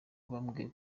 bambwiye